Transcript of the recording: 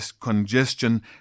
congestion